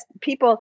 people